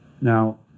Now